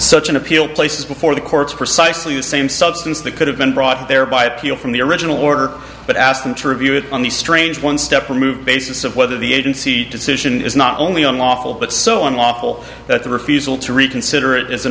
such an appeal places before the courts precisely the same substance that could have been brought there by appeal from the original order but asking to review it on the strange one step removed basis of whether the agency decision is not only unlawful but so unlawful that the refusal to reconsider it is an